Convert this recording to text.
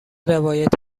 روایت